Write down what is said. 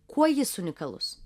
kuo jis unikalus